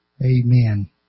Amen